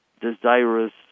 desirous